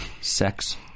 Sex